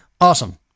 Awesome